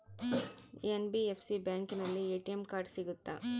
NBFC ಬ್ಯಾಂಕಿನಲ್ಲಿ ATM card ಸಿಗುತ್ತಾ?